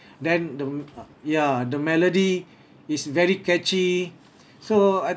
then the ya the melody is very catchy so I